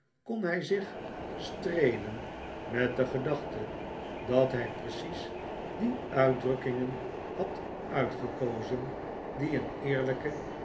kon hij zich streelen met de gedachte dat hij precies die uitdrukkingen had uitgekozen die een eerlijken